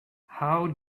how